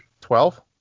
Twelve